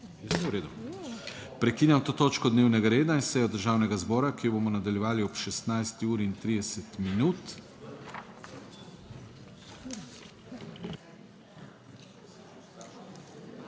Prekinjam to točko dnevnega reda in sejo Državnega zbora, ki jo bomo nadaljevali ob 16.30.